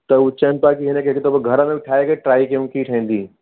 त हू चवनि पिया की इनखे हिकु दफ़ो घर में बि ठाहे करे ट्राय कयूं कीअं ठहंदी